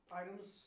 items